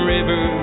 River